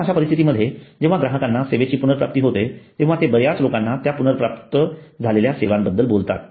आता अश्या परिस्थितीमध्ये जेव्हा ग्राहकाना सेवेची पुनर्प्राप्ती होते तेव्हा ते बर्याच लोकांना त्या पुनर्प्राप्त झालेल्या सेवांबद्दल बोलतात